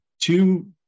two